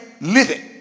living